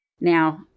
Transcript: Now